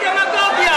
דמגוג,